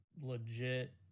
legit